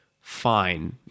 fine